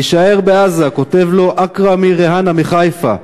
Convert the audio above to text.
תישאר בעזה, כותב לו אכרמי ריהאנה מחיפה.